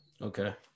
Okay